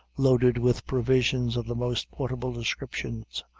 loaded with provisions of the most portable descriptions,